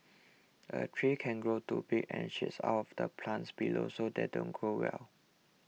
a tree can grow too big and shade out the plants below so they don't grow well